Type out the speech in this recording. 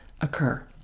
occur